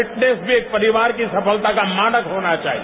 fitness भी एक परिवार की सफलता का मानक होना चाहिए